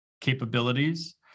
capabilities